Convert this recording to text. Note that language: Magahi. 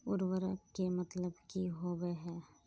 उर्वरक के मतलब की होबे है?